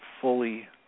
fully